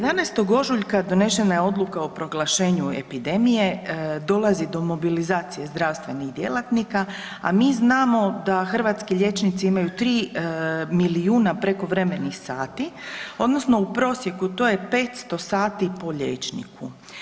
11. ožujka donesena je odluka o proglašenju epidemije, dolazi do mobilizacije zdravstvenih djelatnika, a mi znamo da hrvatski liječnici imaju 3 milijuna prekovremenih sati odnosno u prosjeku to je 500 sati po liječniku.